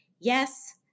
Yes